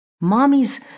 mommy's